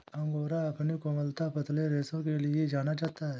angora अपनी कोमलता, पतले रेशों के लिए जाना जाता है